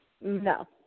No